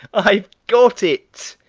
i've got it!